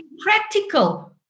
practical